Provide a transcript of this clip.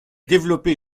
développée